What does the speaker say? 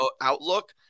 outlook